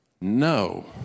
No